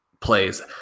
plays